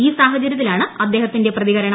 ഈ സാഹചര്യത്തിലാണ് അദ്ദേഹത്തിന്റെ പ്രതികരണം